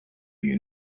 you